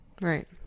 right